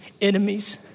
enemies